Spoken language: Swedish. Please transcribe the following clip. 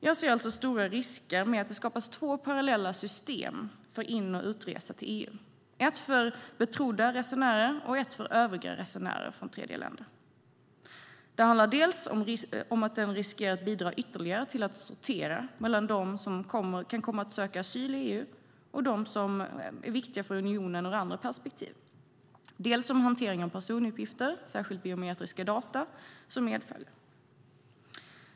Jag ser alltså stora risker med att det skapas två parallella system för in och utresor i EU - ett för betrodda resenärer och ett för övriga resenärer från tredjeländer. Det handlar dels om att det riskerar att ytterligare bidra till att sortera bland dem som kan komma att söka asyl i EU och dem som är viktiga för unionen ur andra perspektiv, dels om den hantering av personuppgifter - särskilt biometriska data - som medföljer.